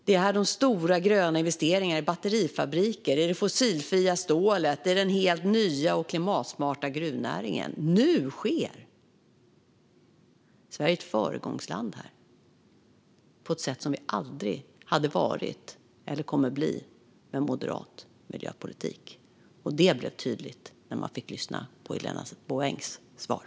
Det är här de stora gröna investeringarna i batterifabriker, i det fossilfria stålet och i den helt nya och klimatsmarta gruvnäringen nu sker. Sverige är ett föregångsland här, på ett sätt som vi aldrig hade varit eller kommer att bli med moderat miljöpolitik. Det blev tydligt när man fick lyssna på Helena Bouvengs svar.